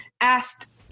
asked